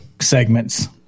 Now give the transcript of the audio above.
Segments